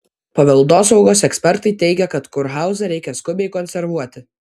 paveldosaugos ekspertai teigia kad kurhauzą reikia skubiai konservuoti